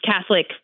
Catholic